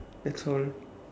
that's all